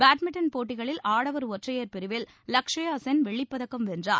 badminton போட்டிகளில் ஆடவர் ஒற்றையர் பிரிவில் லச்சயாசென் வெள்ளிப்பதக்கம் வென்றார்